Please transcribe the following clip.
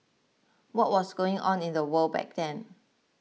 what was going on in the world back then